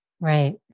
Right